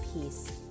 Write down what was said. peace